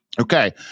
Okay